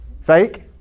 Fake